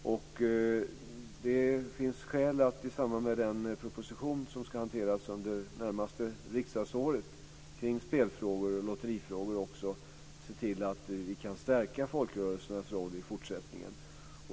Det finns skäl att i samband med den proposition som ska hanteras under det närmaste riksdagsåret kring spel och lotterifrågor se till att vi kan stärka folkrörelsernas roll i fortsättningen.